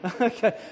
okay